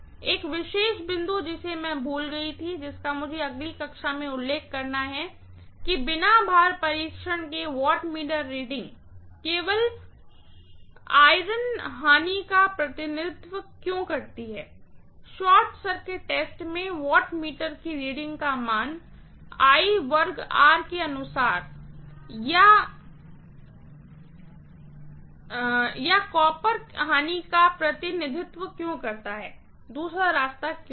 एक विशेष बिंदु जिसे मैं भूल गया था जिसका मुझे अगली कक्षा में उल्लेख करना है कि बिना भार परीक्षण के वाटमीटर रीडिंग केवल आयरन हानि का प्रतिनिधित्व क्यों करती है शॉर्ट सर्किट टेस्ट में वाटमीटर की रीडिंग का मान I वर्ग R के नुकसान कॉपर हानि का प्रतिनिधित्व क्यों करता है दूसरा रास्ता क्यों नहीं